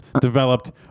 developed